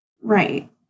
Right